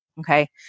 Okay